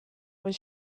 when